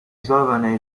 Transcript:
giovane